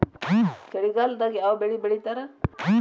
ಚಳಿಗಾಲದಾಗ್ ಯಾವ್ ಬೆಳಿ ಬೆಳಿತಾರ?